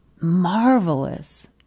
marvelous